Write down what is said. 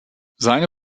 seine